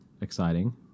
exciting